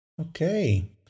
okay